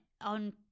on